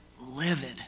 livid